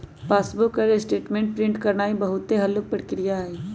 passbook पर statement print करानाइ बहुते हल्लुक प्रक्रिया हइ